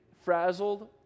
frazzled